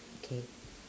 okay